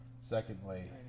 Secondly